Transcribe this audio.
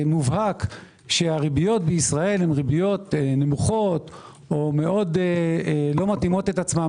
ומובהק שהריביות בישראל הן נמוכות או מאוד לא מתאימות עצמן